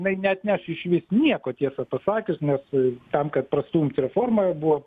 jinai neatneš išvis nieko tiesą pasakius nes tam kad prastumt reformą buvo